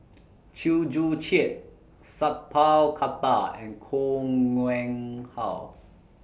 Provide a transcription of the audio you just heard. Chew Joo Chiat Sat Pal Khattar and Koh Nguang How